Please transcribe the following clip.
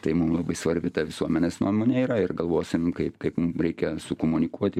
tai mum labai svarbi ta visuomenės nuomonė yra ir galvosim kaip kaip reikia sukomunikuoti